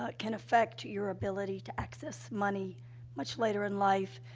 ah can affect your ability to access money much later in life,